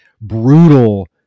brutal